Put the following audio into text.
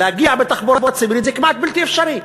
להגיע בתחבורה ציבורית זה כמעט בלתי אפשרי,